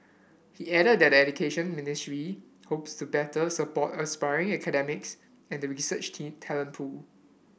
he added that the Education Ministry hopes to better support aspiring academics and the research team talent pool